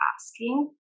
asking